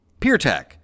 Peertech